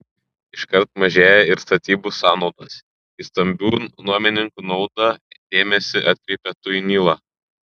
iškart mažėja ir statybų sąnaudos į stambių nuomininkų naudą dėmesį atkreipia tuinyla